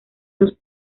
dos